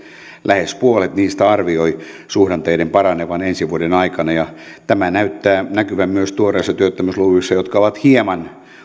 lähes puolet niistä arvioi suhdanteiden paranevan ensi vuoden aikana ja tämä näyttää näkyvän myös tuoreissa työttömyysluvuissa jotka ovat hieman